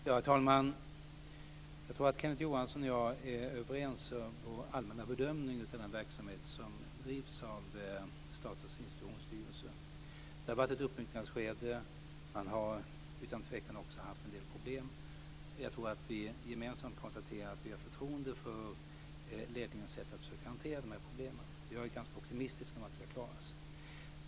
Herr talman! Jag tror att Kenneth Johansson och jag är överens i vår allmänna bedömning av den verksamhet som bedrivs av Statens institutionsstyrelse. Det har varit ett uppbyggnadsskede. Man har utan tvekan också haft en del problem. Jag tror att vi gemensamt konstaterar att vi har förtroende för ledningens sätt att försöka hantera dessa problem. Jag är ganska optimistisk inför att det ska klaras.